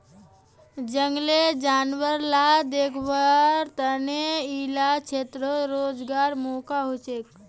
जनगलेर जानवर ला देख्भालेर तने इला क्षेत्रोत रोज्गारेर मौक़ा होछे